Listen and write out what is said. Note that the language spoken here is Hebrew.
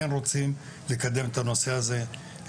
כן רוצים לקדם את הנושא הזה,